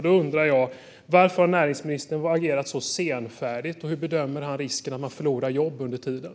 Jag undrar: Varför har näringsministern agerat så senfärdigt, och hur bedömer han risken för att jobb går förlorade under tiden?